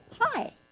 hi